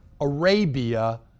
Arabia